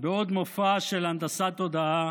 בעוד מופע של הנדסת תודעה